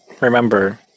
Remember